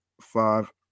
five